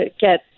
get